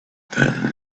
then